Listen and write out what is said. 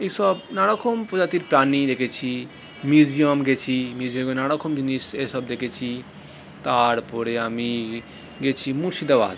এইসব নানা রকম প্রজাতির প্রাণী দেখেছি মিউজিয়াম গেছি মিউজিয়ামে নানা রকম জিনিস এইসব দেখেছি তারপরে আমি গেছি মুর্শিদাবাদ